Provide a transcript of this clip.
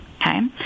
okay